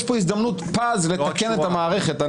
יש פה הזדמנות פז לתקן את המערכת.